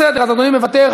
בסדר, אז אדוני מוותר.